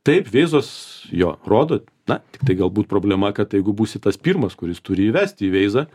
taip veizas jo rodo na tiktai galbūt problema kad jeigu būsi tas pirmas kuris turi įvest į veizą